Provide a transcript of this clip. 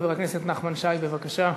חבר הכנסת נחמן שי, בבקשה.